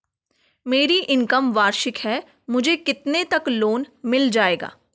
मेरी इनकम वार्षिक है मुझे कितने तक लोन मिल जाएगा?